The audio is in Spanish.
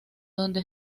donde